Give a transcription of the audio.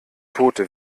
tote